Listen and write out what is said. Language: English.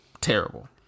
terrible